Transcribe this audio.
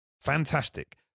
fantastic